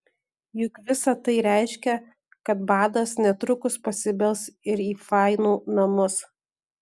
juk visa tai reiškia kad badas netrukus pasibels ir į fainų namus